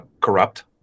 corrupt